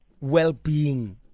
well-being